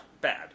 Bad